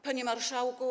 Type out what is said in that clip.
Panie Marszałku!